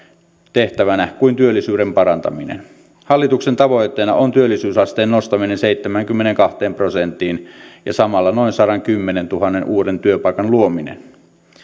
tehtävänä kuin työllisyyden parantaminen hallituksen tavoitteena on työllisyysasteen nostaminen seitsemäänkymmeneenkahteen prosenttiin ja samalla noin sadankymmenentuhannen uuden työpaikan luominen